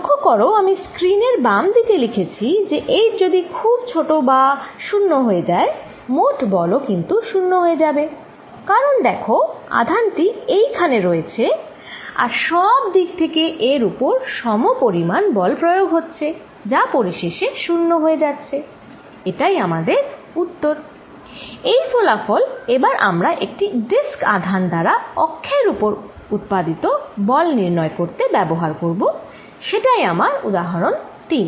লক্ষ্য করো আমি স্ক্রিনের বামদিকে লিখেছি যে h যদি খুব ছোট বা 0 হয়ে যায় মোট বল ও কিন্তু 0 হয়ে যাবে কারণ দেখো আধান টি এইখানে রয়েছে আর সব দিক থেকে এর উপর সমপরিমাণ বল প্রয়োগ হচ্ছে যা পরিশেষে 0 হয়ে যাচ্ছে এটাই আমাদের উত্তর এই ফলাফল এবার আমরা একটি ডিস্ক আধান দ্বারা তার অক্ষের উপর উৎপাদিত বল নির্ণয় করতে ব্যবহার করব সেটাই আমার উদাহরণ 3